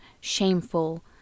shameful